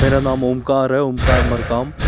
मेरा नाम ओंकार है ओंकार मरकाम